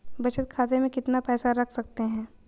बचत खाते में कितना पैसा रख सकते हैं?